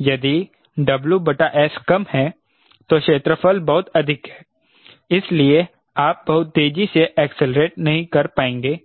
यदि WS कम है तो क्षेत्रफल बहुत अधिक है इसलिए आप बहुत तेजी से एक्सीलेरेट नहीं कर पाएंगे